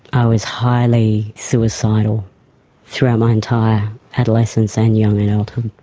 i was highly suicidal throughout my entire adolescence and young adulthood.